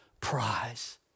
prize